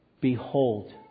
Behold